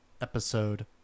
episode